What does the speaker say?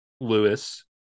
Lewis